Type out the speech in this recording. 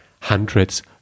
hundreds